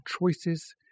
choices